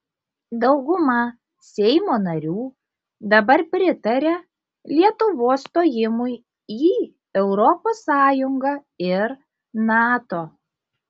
dauguma seimo narių dabar pritaria lietuvos stojimui į europos sąjungą ir nato